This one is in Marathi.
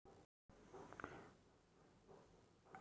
विमा हे नुकसानापासून संरक्षणाचे साधन आहे